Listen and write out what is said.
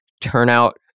turnout